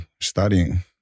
studying